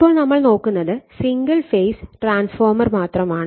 ഇപ്പോൾ നമ്മൾ നോക്കുന്നത് സിംഗിൾ ഫേസ് ട്രാൻസ്ഫോർമർ മാത്രമാണ്